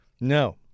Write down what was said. No